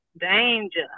Danger